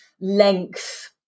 length